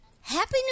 Happy